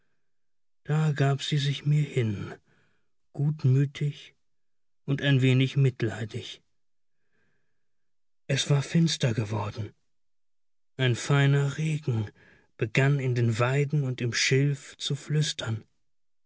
da gab sie sich mir hin gutmütig und ein wenig mitleidig es war finster geworden ein feiner regen begann in den weiden und im schilf zu flüstern